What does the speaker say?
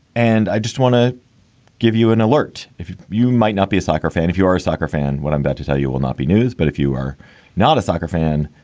and i just want to give you an alert if you you might not be a soccer fan, if you are a soccer fan. what i'm about to tell you will not be news, but if you are not a soccer fan,